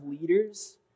leaders